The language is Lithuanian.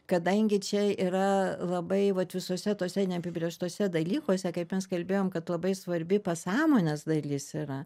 kadangi čia yra labai vat visuose tuose neapibrėžtuose dalykuose kaip mes kalbėjom kad labai svarbi pasąmonės dalis yra